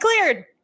cleared